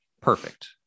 perfect